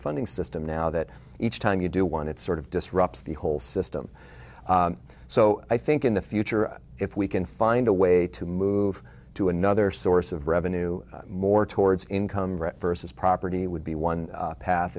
funding system now that each time you do one it's sort of disrupts the whole system so i think in the future if we can find a way to move to another source of revenue more towards income versus property would be one path